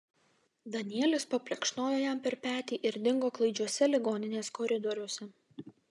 danielis paplekšnojo jam per petį ir dingo klaidžiuose ligoninės koridoriuose